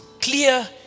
clear